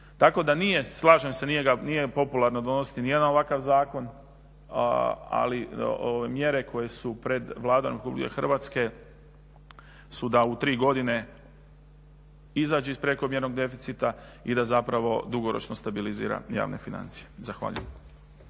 Tako da nije, slažem se nije popularno donositi niti jedan ovakav zakon ali mjere koje su pred Vladom Republike Hrvatske su da u tri godine izađe iz prekomjernog deficita i da zapravo dugoročno stabilizira javne financije. Zahvaljujem.